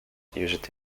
used